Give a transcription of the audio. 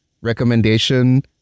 recommendation